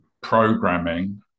programming